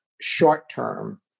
short-term